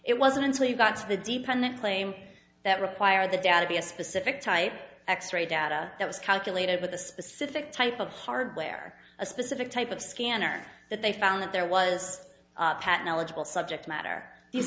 it wasn't until you got to the deep end claim that require the data be a specific type x ray data that was calculated with a specific type of hardware a specific type of scanner that they found that there was a pattern eligible subject matter these